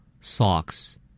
Socks